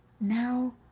now